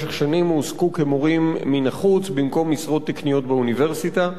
שבמשך שנים הועסקו כמורים מן החוץ במקום במשרות תקניות באוניברסיטה.